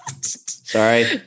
Sorry